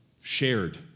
shared